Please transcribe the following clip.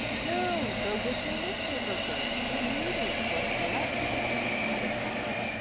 no, go get your lit. paper first. we're reading choice selections, added katherine.